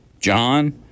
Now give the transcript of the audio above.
John